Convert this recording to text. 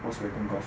volkswagen golf